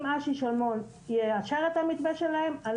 אם ד"ר אשי שלמון יאשר את המתווה שלהם,